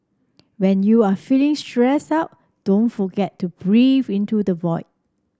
when you are feeling stressed out don't forget to breathe into the void